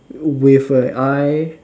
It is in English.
with an eye